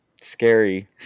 scary